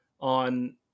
on